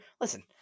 listen